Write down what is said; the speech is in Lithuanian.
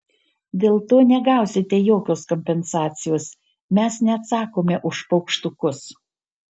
dėl to negausite jokios kompensacijos mes neatsakome už paukštukus